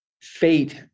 fate